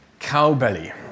Cowbelly